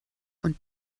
und